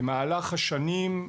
במהלך השנים,